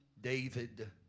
David